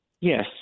yes